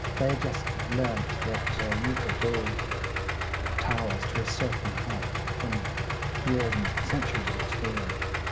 they just learnt that you could build towers to a certain height from years and centuries of experience.